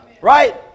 Right